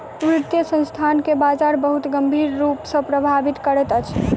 वित्तीय संस्थान के बजार बहुत गंभीर रूप सॅ प्रभावित करैत अछि